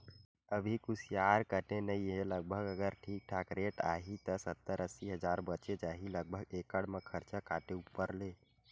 अभी कुसियार कटे नइ हे लगभग अगर ठीक ठाक रेट आही त सत्तर अस्सी हजार बचें जाही लगभग एकड़ म खरचा काटे ऊपर ले